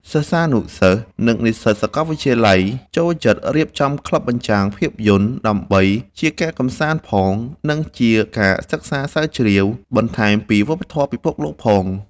សិស្សានុសិស្ស និងនិស្សិតសាកលវិទ្យាល័យ ចូលចិត្តរៀបចំក្លឹបបញ្ចាំងភាពយន្ត ដើម្បីជាការកម្សាន្តផង និងជាការសិក្សាស្រាវជ្រាវបន្ថែមពីវប្បធម៌ពិភពលោកផង។